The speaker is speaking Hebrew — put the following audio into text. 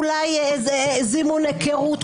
אולי זימון הכרות.